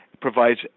provides